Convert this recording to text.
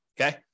Okay